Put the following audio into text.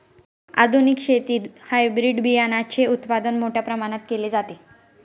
आधुनिक शेतीत हायब्रिड बियाणाचे उत्पादन मोठ्या प्रमाणात केले जाते